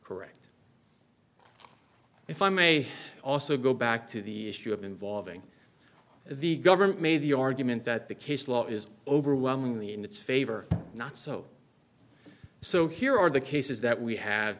correct if i may also go back to the issue of involving the government made the argument that the case law is overwhelmingly in its favor not so so here are the cases that we ha